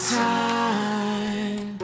time